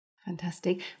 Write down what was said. Fantastic